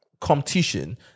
competition